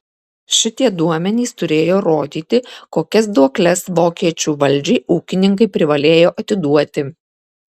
šitie duomenys turėjo rodyti kokias duokles vokiečių valdžiai ūkininkai privalėjo atiduoti